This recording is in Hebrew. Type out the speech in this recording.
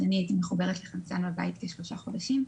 הייתי משבשת משפטים.